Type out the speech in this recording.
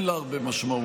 אין לה הרבה משמעות.